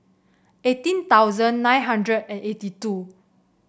eighteen thousand nine hundred and eighty two